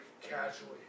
casually